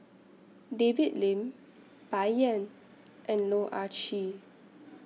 David Lim Bai Yan and Loh Ah Chee